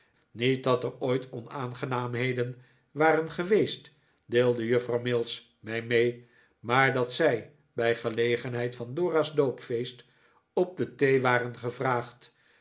niet dat er ooit onaangenaamheden waren geweest deelde juffrouw mills mij mee maar daar zij bij gel'egenheid van dora's doopfeest op de thee waren gevraagd